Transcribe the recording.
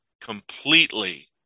completely